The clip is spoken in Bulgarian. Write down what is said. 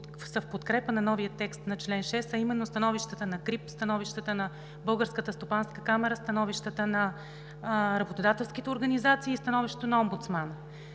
в подкрепа на новия текст на чл. 6, а именно становището на КРИБ, становището на Българската стопанска камара, становището на работодателските организации и становището на Омбудсмана.